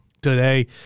today